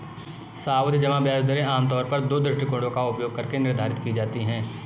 सावधि जमा ब्याज दरें आमतौर पर दो दृष्टिकोणों का उपयोग करके निर्धारित की जाती है